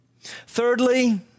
Thirdly